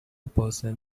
person